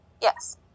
Yes